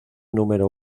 número